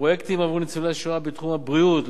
פרויקטים בעבור ניצולי השואה בתחום הבריאות,